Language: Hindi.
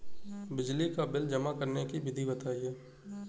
बिजली का बिल जमा करने की विधि बताइए?